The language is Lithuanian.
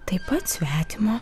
taip pat svetimo